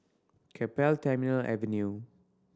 Keppel Terminal Avenue